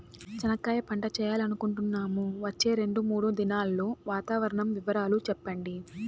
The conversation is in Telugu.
చెనక్కాయ పంట వేయాలనుకుంటున్నాము, వచ్చే రెండు, మూడు దినాల్లో వాతావరణం వివరాలు చెప్పండి?